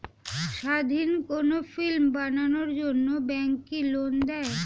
স্বাধীন কোনো ফিল্ম বানানোর জন্য ব্যাঙ্ক কি লোন দেয়?